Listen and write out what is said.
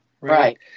Right